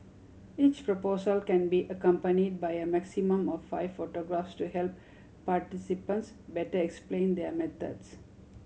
each proposal can be accompany by a maximum of five photographs to help participants better explain their methods